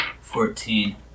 Fourteen